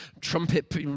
trumpet